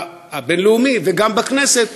וגם בכנסת,